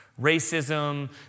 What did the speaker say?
Racism